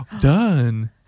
Done